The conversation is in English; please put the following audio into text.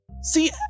See